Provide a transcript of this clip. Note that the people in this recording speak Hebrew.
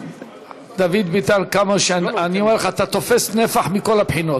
דוד ביטן, אני אומר לך, אתה תופס נפח מכל הבחינות.